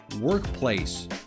workplace